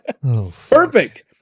perfect